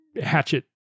hatchet